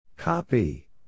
Copy